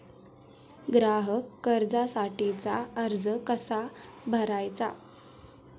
ग्राहक कर्जासाठीचा अर्ज कसा भरायचा?